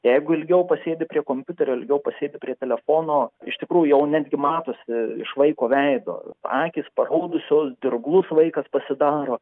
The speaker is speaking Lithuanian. jeigu ilgiau pasėdi prie kompiuterio ilgiau pasėdi prie telefono iš tikrųjų jau netgi matosi iš vaiko veido akys paraudusios dirglus vaikas pasidaro